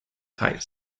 tight